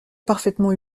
parfaitement